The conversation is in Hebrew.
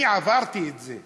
אני עברתי את זה.